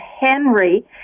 Henry